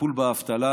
טיפול באבטלה